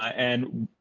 ah and,